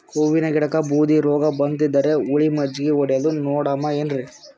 ಹೂವಿನ ಗಿಡಕ್ಕ ಬೂದಿ ರೋಗಬಂದದರಿ, ಹುಳಿ ಮಜ್ಜಗಿ ಹೊಡದು ನೋಡಮ ಏನ್ರೀ?